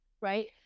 right